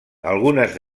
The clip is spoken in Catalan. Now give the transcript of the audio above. algunes